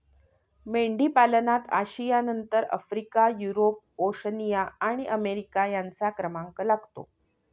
मेंढीपालनात आशियानंतर Africa, Europe, Oceania आणि अमेरिका यांचा क्रमांक लागतो